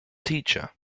teacher